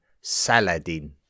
Saladin